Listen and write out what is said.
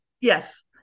Yes